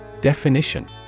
Definition